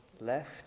left